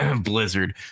Blizzard